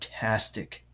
fantastic